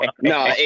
No